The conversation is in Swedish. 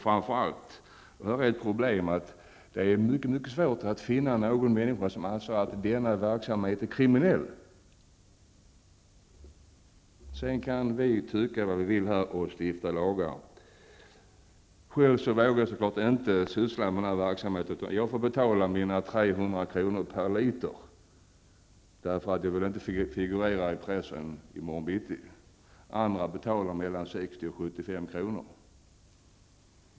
Framför allt -- och det är ett problem -- är det mycket svårt att finna någon människa som anser att denna verksamhet är kriminell. Sedan kan vi här i riksdagen tycka vad vi vill och stifta lagar. Själv vågar jag naturligtvis inte syssla med sådan verksamhet, utan jag får betala mina 300 kr. per liter, eftersom jag inte vill figurera i pressen i morgon bitti. Andra betalar mellan 60 och 75 kr.